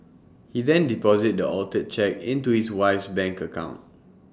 he then deposited the altered cheque into his wife's bank account